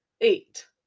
eight